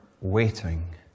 waiting